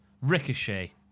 Ricochet